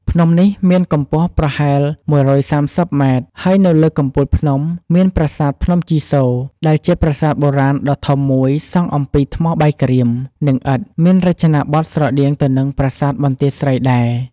ភ្នំនេះមានកម្ពស់ប្រហែល ១៣០ ម៉ែត្រ ហើយនៅលើកំពូលភ្នំ មាន ប្រាសាទភ្នំជីសូរ ដែលជាប្រាសាទបុរាណដ៏ធំមួយសង់អំពីថ្មបាយក្រៀម និងឥដ្ឋ មានរចនាបថស្រដៀងទៅនឹងប្រាសាទបន្ទាយស្រីដែរ។